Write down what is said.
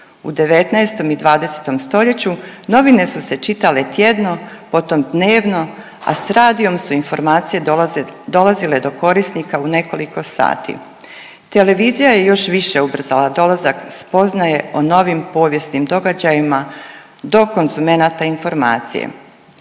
U 19. i 20. stoljeću novine su se čitale tjedno, potom dnevno, a s radiom su informacije dolazile do korisnika u nekoliko sati. Televizija je još više ubrzala dolazak spoznaje o novim povijesnim događajima do konzumenata informacije.